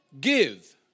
give